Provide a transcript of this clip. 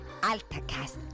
AltaCast